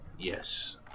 yes